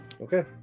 Okay